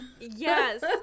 Yes